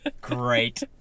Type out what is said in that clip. great